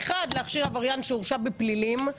אחד להכשיר עבריין שהורשע בפלילים,